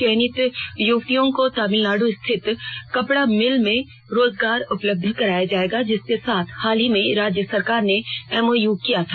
चयनित युवतियों को तमिलनाड् स्थित कपड़ा मिल में रोजगार उपलब्ध कराया जायेगा जिसके साथ हाल ही में राज्य सरकार ने एमओयू किया था